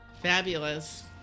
Fabulous